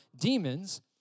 demons